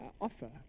offer